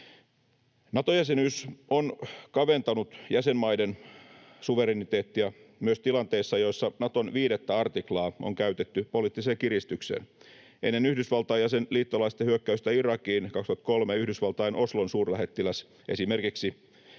Nato-jäsenyys on kaventanut jäsenmaiden suvereniteettia myös tilanteissa, joissa Naton 5 artiklaa on käytetty poliittiseen kiristykseen. Ennen Yhdysvaltain ja sen liittolaisten hyökkäystä Irakiin 2003 esimerkiksi Yhdysvaltain Oslon suurlähettiläs kiristi